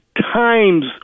times